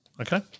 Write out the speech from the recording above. Okay